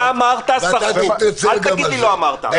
אתה אמרת סרחו, אל תגיד לי שלא אמרת.